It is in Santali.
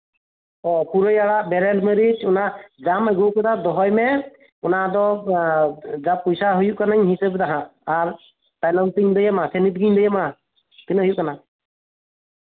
ᱚ ᱯᱩᱨᱟᱹᱭ ᱟᱲᱟᱜ ᱵᱮᱨᱮᱞ ᱢᱟᱨᱤᱪ ᱡᱟᱢ ᱟᱹᱜᱩᱣᱟᱠᱟᱫᱟ ᱫᱚᱦᱚᱭ ᱢᱮ ᱚᱱᱟ ᱫᱚ ᱡᱟ ᱯᱚᱥᱟ ᱦᱩᱭᱩᱜ ᱠᱟᱱᱟ ᱦᱤᱸᱥᱟᱹᱵ ᱫᱟᱹᱧ ᱦᱟᱸᱜ ᱟᱨ ᱛᱟᱭᱱᱚᱢ ᱛᱤᱧ ᱞᱟᱹᱭᱟ ᱥᱮ ᱱᱤᱛ ᱜᱤᱧ ᱞᱟᱹᱭᱟᱢᱟ ᱛᱤᱱᱟᱹᱜ ᱦᱩᱭᱩᱜ ᱠᱟᱱᱟ